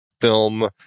film